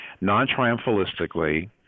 non-triumphalistically